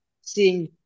seeing